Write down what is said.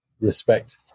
respect